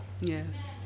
Yes